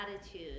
attitude